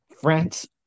france